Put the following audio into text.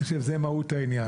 אני חושב שזה מהות העניין,